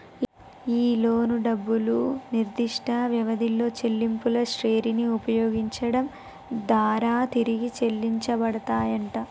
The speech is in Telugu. ఈ లోను డబ్బులు నిర్దిష్ట వ్యవధిలో చెల్లింపుల శ్రెరిని ఉపయోగించడం దారా తిరిగి చెల్లించబడతాయంట